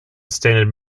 standard